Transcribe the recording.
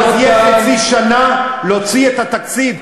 ואז תהיה חצי שנה להוציא את התקציב.